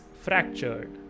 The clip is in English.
fractured